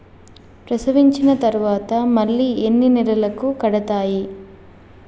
ప్రసవించిన తర్వాత మళ్ళీ ఎన్ని నెలలకు కడతాయి?